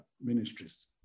ministries